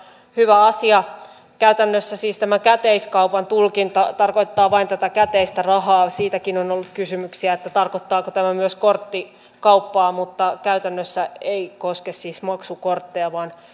hyvä asia käytännössä siis tämä käteiskaupan tulkinta tarkoittaa vain tätä käteistä rahaa siitäkin on ollut kysymyksiä että tarkoittaako tämä myös korttikauppaa mutta käytännössä tämä ei koske siis maksukortteja vaan